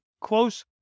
close